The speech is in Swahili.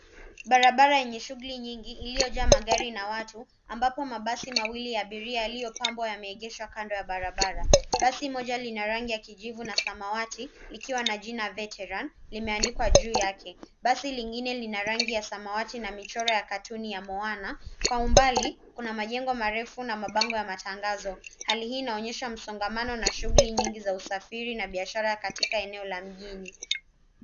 Barabara yenye shughuli nyingi imejaa magari na watu, ambapo mabasi mawili ya abiria yamepaki kando ya barabara. Basi moja lina rangi ya kijivu na samawati, likiwa na jina Veteran limeandikwa juu yake. Basi lingine lina rangi ya samawati na michoro ya katuni ya mtoto. Kwa umbali, kuna majengo marefu